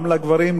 גם לגברים,